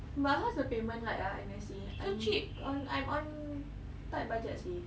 but how's the payment like ah N_S_C I'm on I'm on tight budget seh